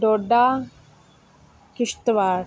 Doda Kishtwar